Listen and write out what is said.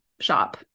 shop